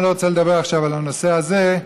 אני לא רוצה לדבר עכשיו על הנושא הזה,